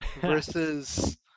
versus